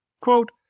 Quote